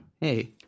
Hey